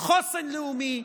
"חוסן לאומי",